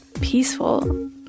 peaceful